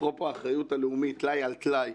אפרופו האחריות הלאומית, טלאי על טלאי,